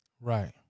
Right